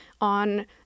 on